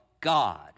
God